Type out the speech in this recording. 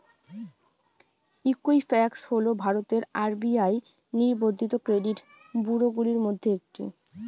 Equifax হল ভারতের RBI নিবন্ধিত ক্রেডিট ব্যুরোগুলির মধ্যে একটি